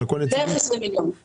בערך 20 מיליון, כן.